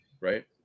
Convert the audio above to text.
right